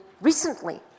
recently